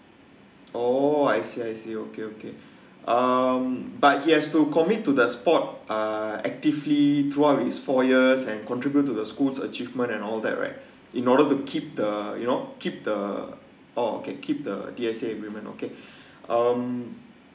oh I see I see okay okay um but he has to commit to the sport uh actively throughout his four years and contribute to the schools achievement and all that right in order to keep the you know keep the oh okay keep the D_S_A agreement okay um